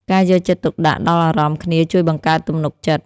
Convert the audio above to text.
ការយកចិត្តទុកដាក់ដល់អារម្មណ៍គ្នាជួយបង្កើតទំនុកចិត្ត។